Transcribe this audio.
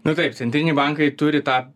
nu taip centriniai bankai turi tą